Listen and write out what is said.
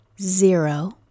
zero